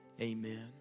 Amen